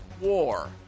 War